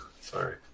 Sorry